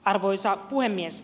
arvoisa puhemies